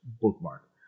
bookmark